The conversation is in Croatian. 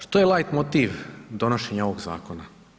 Što je lajtmotiv donošenja ovog zakona?